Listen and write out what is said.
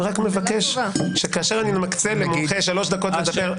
אני רק מבקש שכאשר אני מקצה למומחה שלוש דקות לדבר,